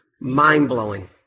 mind-blowing